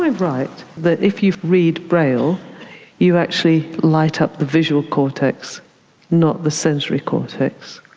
right that if you read braille you actually light up the visual cortex not the sensory cortex?